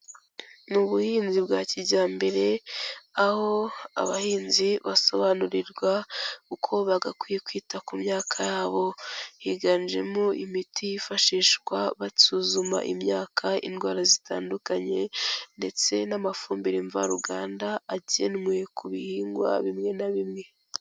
Ni ubuhinzi bwa kijyambere, aho abahinzi basobanurirwa uko bagakwiye kwita ku myaka yabo, higanjemo imiti yifashishwa basuzuma imyaka indwara zitandukanye ndetse n'amafumbire mvaruganda akenwe ku bihingwa bimwe na bimwe.